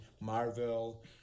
Marvel